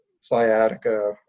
sciatica